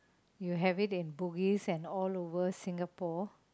you have it in Bugis and all over Singapore